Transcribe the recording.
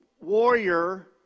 warrior